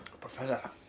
professor